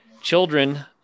children